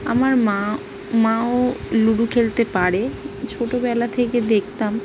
আমার মা মাও লুডো খেলতে পারে ছোটবেলা থেকে দেখতাম